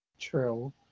True